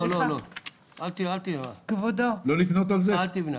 אל תבנה על זה.